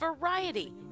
variety